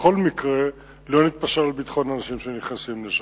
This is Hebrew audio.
בכל מקרה, לא נתפשר על ביטחון אנשים שנכנסים לשם.